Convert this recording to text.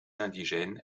indigènes